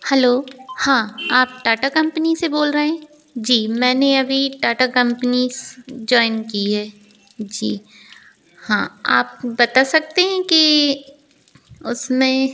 hello हाँ आप Tata company से बोल रहे हैं जी मैंने अभी टाटा कम्पनी जॉइन की है जी हाँ आप बता सकते हैं कि उसमें